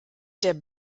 der